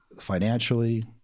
financially